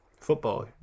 football